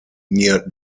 near